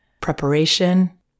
preparation